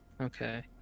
Okay